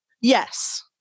Yes